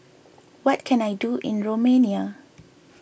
what can I do in Romania